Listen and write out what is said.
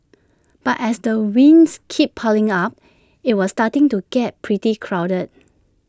but as the wins keep piling up IT was starting to get pretty crowded